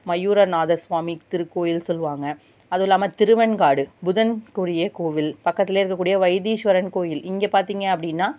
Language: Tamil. மயூரநாதர் ஸ்சுவாமி திருக்கோயில் சொல்லுவாங்க அதுவும் இல்லாம திருவென்காடு புதன் குரிய கோவில் பக்கத்துலயே இருக்கக்கூடிய வைத்தீஸ்வரன் கோயில் இங்கே பார்த்திங்க அப்படின்னா